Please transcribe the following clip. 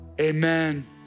amen